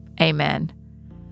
Amen